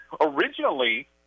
Originally